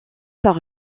par